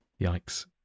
Yikes